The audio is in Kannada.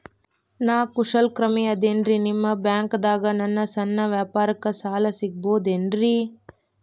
ನಾ ಕುಶಲಕರ್ಮಿ ಇದ್ದೇನ್ರಿ ನಿಮ್ಮ ಬ್ಯಾಂಕ್ ದಾಗ ನನ್ನ ಸಣ್ಣ ವ್ಯವಹಾರಕ್ಕ ಸಾಲ ಸಿಗಬಹುದೇನ್ರಿ?